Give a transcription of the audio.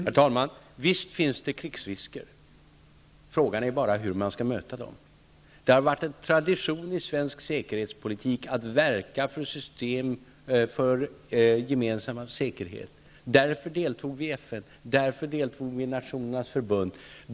Herr talman! Visst finns det risk för krig. Frågan är bara hur man skall möta risken. Det har varit en tradition i svensk säkerhetspolitik att verka för gemensam säkerhet. Därför deltar Sverige i FN. Därför deltog vi i Nationernas förbund.